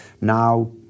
Now